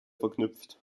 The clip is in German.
verknüpft